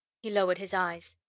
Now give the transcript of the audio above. he lowered his eyes.